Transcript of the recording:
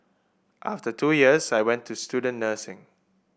after two years I went to student nursing